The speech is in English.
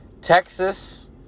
Texas